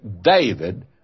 David